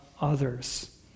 others